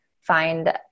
find